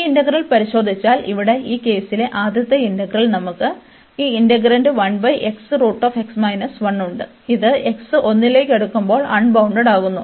ഈ ഇന്റഗ്രൽ പരിശോധിച്ചാൽ ഇവിടെ ഈ കേസിലെ ആദ്യത്തെ ഇന്റഗ്രൽ നമുക്ക് ഈ ഇന്റെഗ്രാന്റ് ഉണ്ട് ഇത് x 1 ലേക്ക് അടുക്കുമ്പോൾ അൺബൌണ്ടഡ്ഡാകുന്നു